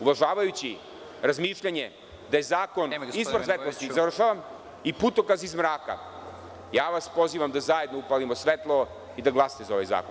Uvažavajući razmišljanje da je zakon izvor svetlosti i putokaz iz mraka, ja vas pozivam da zajedno upalimo svetlo i da glasate za ovaj zakon.